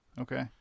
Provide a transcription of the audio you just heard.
Okay